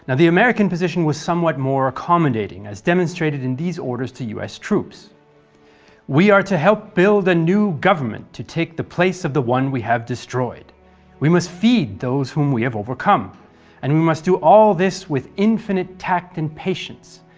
and the american position was somewhat more accommodating, as demonstrated in orders to us troops we are to help build a new government to take the place of the one we have destroyed we must feed those whom we have overcome and we must do all this with infinite tact and patience,